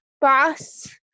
boss